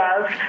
love